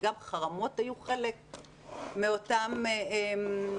גם חרמות היו חלק מאותם אמצעים.